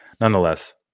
nonetheless